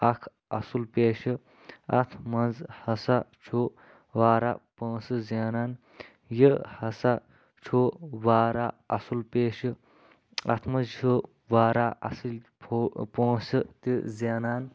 اکھ اَصٕل پیشہِ اتھ منٛز ہسا چھُ واراہ پونٛسہٕ زیٚنان یہِ ہسا چھُ واراہ اصل پیشہٕ اتھ منٛز چھُ واراہ اصٕل پونٛسہٕ تہِ زیٚنان